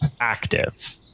active